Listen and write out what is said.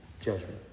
judgment